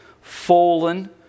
fallen